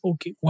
Okay